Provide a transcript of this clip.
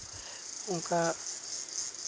ᱚᱱᱠᱟ